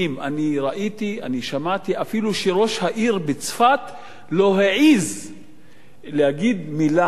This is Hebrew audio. אני שמעתי אפילו שראש העיר צפת לא העז להגיד מלה ולצאת